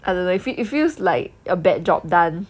a li~ it feels it feels like a bad job done